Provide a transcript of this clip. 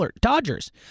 Dodgers